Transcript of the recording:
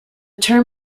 term